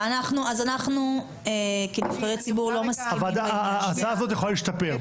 אנחנו כנבחרי ציבור לא מסכימים --- ההצעה הזאת יכולה להשתפר,